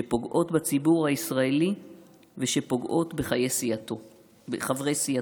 שפוגעות בציבור הישראלי ושפוגעות בחברי סיעתו.